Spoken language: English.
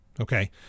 Okay